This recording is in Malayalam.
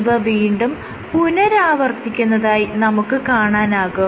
ഇവ വീണ്ടും പുനരാവർത്തിക്കുന്നതായി നമുക്ക് കാണാനാകും